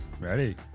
Ready